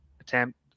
attempt